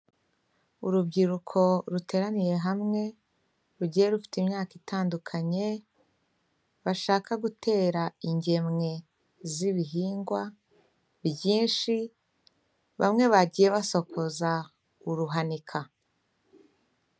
Urubyiruko ruteraniye hamwe, rugiye rufite imyaka itandukanye, bashaka gutera ingemwe z'ibihingwa byinshi, bamwe bagiye basokoza uruhanika.